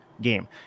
game